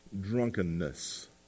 drunkenness